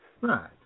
Right